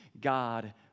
God